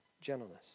gentleness